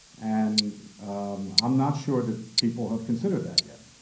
and um i'm not sure that people have considered that yet.